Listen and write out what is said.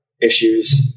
issues